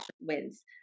wins